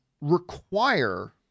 require